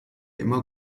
immer